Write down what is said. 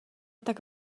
tak